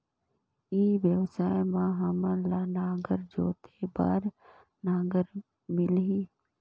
ई व्यवसाय मां हामन ला नागर जोते बार नागर मिलही?